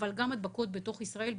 אבל גם הדבקות בתוך ישראל,